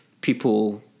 people